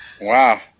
Wow